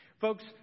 Folks